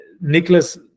Nicholas